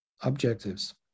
objectives